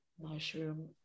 mushroom